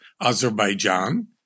Azerbaijan